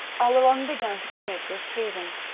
oleron began to commit this treason.